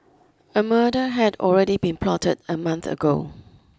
a murder had already been plotted a month ago